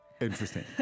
interesting